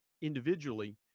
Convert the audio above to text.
individually